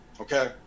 okay